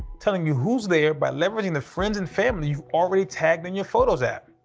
telling you who's there by leveraging the friends and family you've already tagged in your photos app.